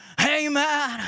Amen